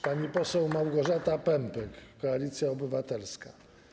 Pani poseł Małgorzata Pępek, Koalicja Obywatelska.